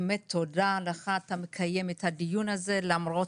באמת תודה לך שאתה מקיים את הדיון הזה למרות